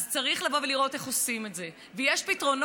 צריך לבוא ולראות איך עושים את זה, ויש פתרונות.